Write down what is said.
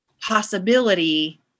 possibility